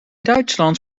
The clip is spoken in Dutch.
duitsland